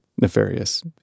nefarious